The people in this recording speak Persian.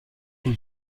پول